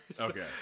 Okay